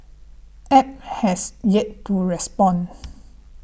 App has yet to respond